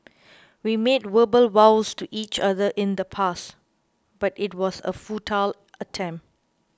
we made verbal vows to each other in the past but it was a futile attempt